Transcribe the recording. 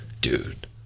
dude –